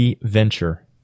venture